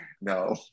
no